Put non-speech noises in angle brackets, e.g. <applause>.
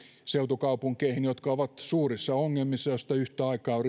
seutukaupunkeihin jotka ovat suurissa ongelmissa ja joista yhtä aikaa on <unintelligible>